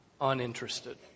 uninterested